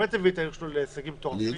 שהביא את העיר להישגים מטורפים --- אני יודע,